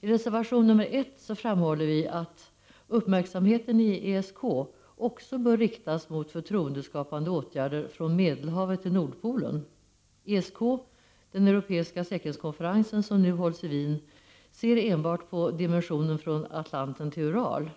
I reservation nr 1 framhåller vi att uppmärksamheten i ESK också bör riktas mot förtroendeskapande åtgärder från Medelhavet till Nordpolen. ESK, den Europeiska säkerhetskonferensen, som nu hålls i Wien, ser enbart på dimensionen från Atlanten till Ural.